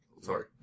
Sorry